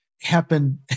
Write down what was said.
happen